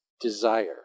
desire